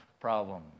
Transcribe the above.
problem